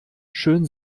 schön